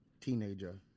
teenager